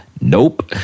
Nope